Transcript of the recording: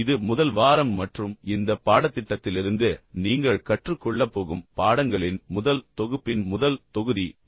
இது முதல் வாரம் மற்றும் இந்த பாடத்திட்டத்திலிருந்து நீங்கள் கற்றுக்கொள்ளப் போகும் பாடங்களின் முதல் தொகுப்பின் முதல் தொகுதி இது